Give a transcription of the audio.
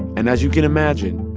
and as you can imagine,